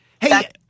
Hey